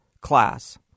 class